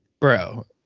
bro